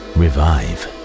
revive